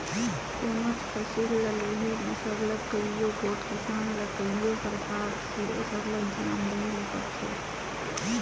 कोनोच फसिल ल लेहे में सरलग कइयो गोट किसान ल कइयो परकार ले सरलग धियान देहे ले परथे